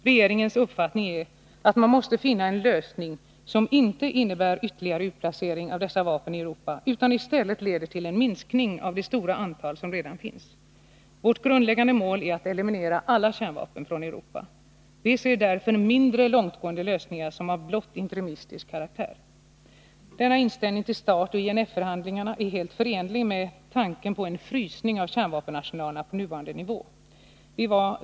Regeringens uppfattning är att man måste finna en lösning som inte innebär ytterligare utplacering av dessa vapen i Europa utan i stället leder till en minskning av det stora antal som redan finns. Vårt grundläggande mål är att eliminera alla kärnvapen från Europa. Vi ser därför mindre långtgående lösningar som varande av blott interimistisk karaktär. Denna inställning till START och INF-förhandlingarna är helt förenlig med tanken på en frysning av kärnvapenarsenalerna på nuvarande nivå.